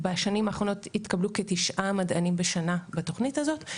בשנים האחרונות התקבלו כתשעה מדענים בשנה בתוכנית הזאת,